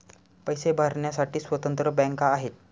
पैसे भरण्यासाठी स्वतंत्र बँका आहेत